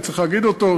אני צריך להגיד אותו,